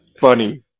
funny